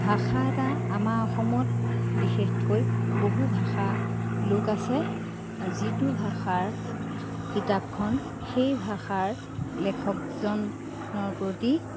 ভাষা এটা আমাৰ অসমত বিশেষকৈ বহু ভাষা লোক আছে যিটো ভাষাৰ কিতাপখন সেই ভাষাৰ লেখকজনৰ প্ৰতি